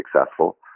successful